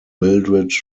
mildred